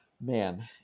Man